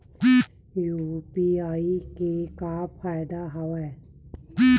UPI के का फ़ायदा हवय?